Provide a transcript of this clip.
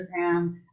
Instagram